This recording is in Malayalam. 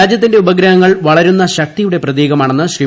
രാജ്യത്തിന്റെ ഉപഗ്രഹങ്ങൾ വളരുന്ന ശക്തിയുടെ പ്രതീകമാണെന്ന് ശ്രീ